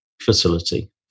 facility